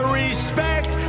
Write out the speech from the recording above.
respect